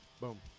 Boom